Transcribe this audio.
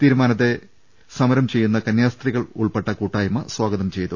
തീരുമാനത്തെ സമരം ചെയ്യുന്ന കന്യാസ്ത്രീകൾ ഉൾപ്പെട്ട കൂട്ടായ്മ സ്വാഗതം ചെയ്തു